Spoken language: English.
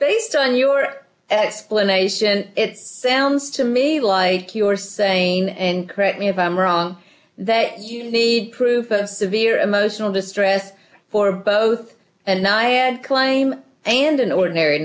based on your explanation it sounds to me like you're saying and correct me if i'm wrong that you need proof of severe emotional distress for both and i and claim and an ordinary